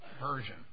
version